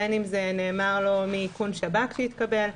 בין אם זה נאמר לו מעדכון שב"כ שהתקבל,